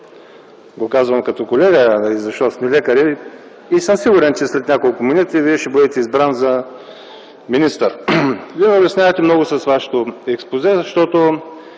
казвам го като колега, защото сме лекари и съм сигурен, че след няколко минути Вие ще бъдете избран за министър. Улеснявате ме много с Вашето експозе, защото